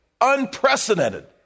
unprecedented